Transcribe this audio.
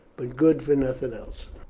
but good for nothing else.